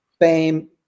fame